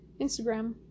instagram